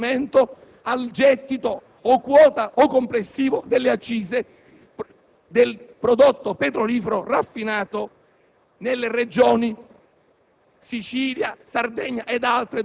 ovviamente avendo un riconoscimento sul gettito (quota o complessivo) delle accise del prodotto pertrolifero raffinato nelle Regioni